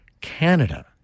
Canada